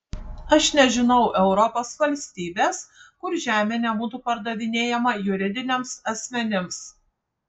aš nežinau europos valstybės kur žemė nebūtų pardavinėjama juridiniams asmenims